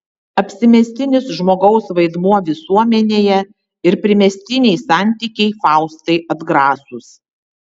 apsimestinis žmogaus vaidmuo visuomenėje ir primestiniai santykiai faustai atgrasūs